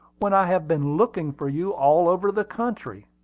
when i have been looking for you all over the country,